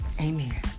Amen